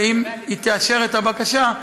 ואם היא תאשר את הבקשה,